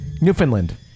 Newfoundland